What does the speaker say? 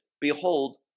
Behold